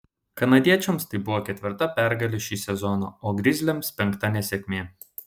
kanadiečiams tai buvo ketvirta pergalė šį sezoną o grizliams penkta nesėkmė